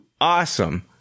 awesome